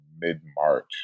mid-March